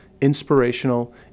inspirational